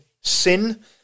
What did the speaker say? sin